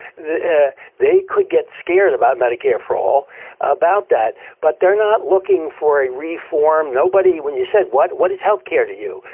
they could get scared about medicare for all about that. but they're not looking for a reform. nobody, when you said what what is health care to you?